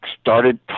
started